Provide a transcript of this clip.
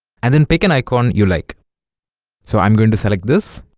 and then pick an icon you like so i'm going to select this